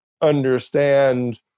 understand